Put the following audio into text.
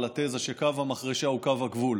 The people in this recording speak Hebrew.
על התזה שקו המחרשה הוא קו הגבול.